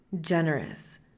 generous